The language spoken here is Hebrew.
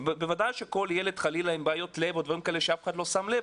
בוודאי שכל ילד חלילה עם בעיות לב או דברים כאלה שאף אחד לא שם לב,